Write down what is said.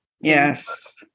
Yes